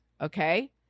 okay